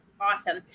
awesome